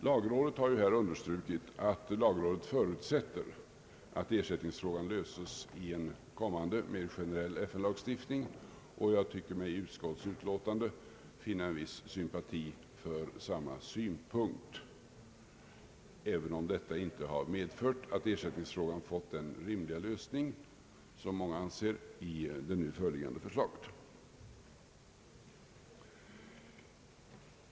Lagrådet har understrukit att man förutsätter att ersättningsfrågan löses i en kommande mer generell FN-lagstiftning, och jag tycker mig i utskottsutlåtandet finna en viss sympati för samma synpunkt, även om detta inte har medfört att ersättningsfrågan fått en som många anser rimlig lösning i det nu föreliggande förslaget.